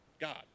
God